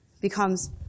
becomes